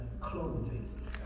clothing